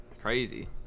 crazy